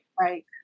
Right